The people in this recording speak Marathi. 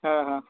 हां हां